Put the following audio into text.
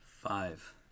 Five